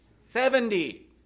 Seventy